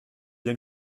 bien